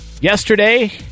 yesterday